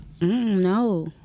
No